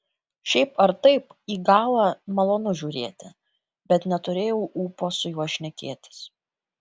šiaip ar taip į galą malonu žiūrėti bet neturėjau ūpo su juo šnekėtis